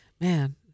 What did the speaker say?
man